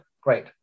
great